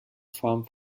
form